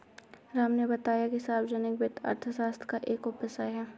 राम ने बताया कि सार्वजनिक वित्त अर्थशास्त्र का एक उपविषय है